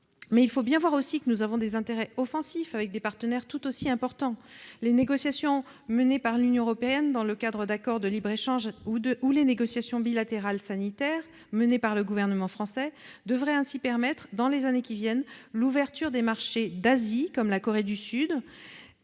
et non des moindres, mais aussi des intérêts offensifs vis-à-vis d'autres partenaires tout aussi importants. Les négociations menées par l'Union européenne dans le cadre d'accords de libre-échange ou les négociations bilatérales sanitaires menées par le gouvernement français devraient ainsi permettre, dans les années qui viennent, l'ouverture de marchés asiatiques comme la Corée du Sud